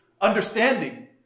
understanding